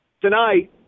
tonight